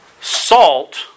salt